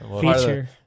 Feature